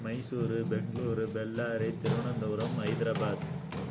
மைசூரு பெங்களூரு பெல்லாரை திருவனந்தபுரம் ஹைதராபாத்